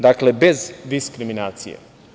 Dakle, bez diskriminacije.